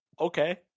Okay